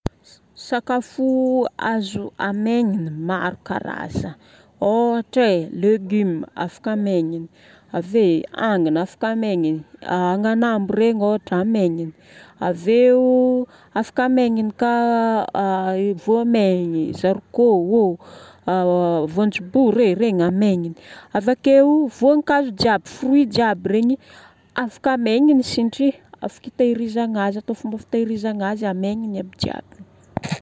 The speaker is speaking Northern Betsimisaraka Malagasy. Sakafo azo amaigniny, maro karazagna. Ôhatra e: légume afaka amaigniny igny. Ave anana, afaka amaigniny, agnanambo regny ohatra amaigniny. Aveo afaka hamaigniny ka voamainy, zarikô, voanjombory regny amaigniny. Avakeo voankazo jiaby, fruit jiaby regny afaka amaigniny satria afaka hitehirizana azy atao fomba fitehizizana amaigniny aby jiaby.